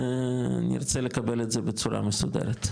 נרצה לקבל את זה בצורה מסודרת.